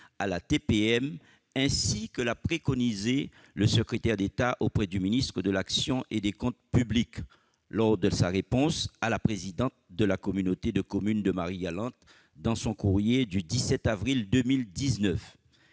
à la TPM, ainsi que l'a préconisé le secrétaire d'État auprès du ministre de l'action et des comptes publics lors de sa réponse à la présidente de la communauté de communes de Marie-Galante dans son courrier du 17 avril 2019.